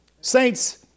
Saints